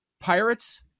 Pirates